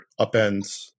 upends